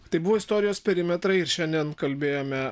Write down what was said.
tai buvo istorijos perimetrai ir šiandien kalbėjome